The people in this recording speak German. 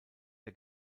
der